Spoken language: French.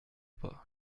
pas